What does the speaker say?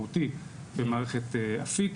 משמעותי במערת אפיק.